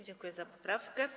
Dziękuję za poprawki.